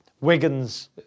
Wiggins